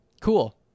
Cool